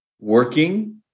working